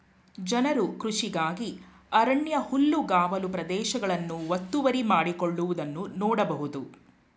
ಜನರು ಕೃಷಿಗಾಗಿ ಅರಣ್ಯ ಹುಲ್ಲುಗಾವಲು ಪ್ರದೇಶಗಳನ್ನು ಒತ್ತುವರಿ ಮಾಡಿಕೊಳ್ಳುವುದನ್ನು ನೋಡ್ಬೋದು